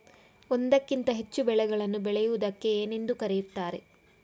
ಒಂದಕ್ಕಿಂತ ಹೆಚ್ಚು ಬೆಳೆಗಳನ್ನು ಬೆಳೆಯುವುದಕ್ಕೆ ಏನೆಂದು ಕರೆಯುತ್ತಾರೆ?